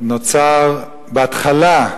נוצר בהתחלה,